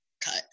cut